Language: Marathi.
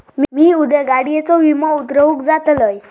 मी उद्या गाडीयेचो विमो उतरवूक जातलंय